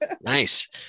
Nice